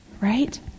right